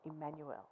Emmanuel